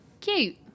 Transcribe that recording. cute